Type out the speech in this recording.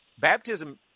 baptism